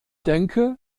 denke